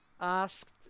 asked